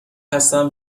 هستم